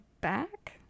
back